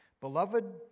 Beloved